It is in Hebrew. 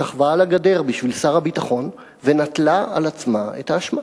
שכבה על הגדר בשביל שר הביטחון ונטלה על עצמה את האשמה.